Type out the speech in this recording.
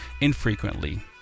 infrequently